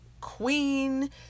queen